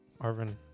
Arvin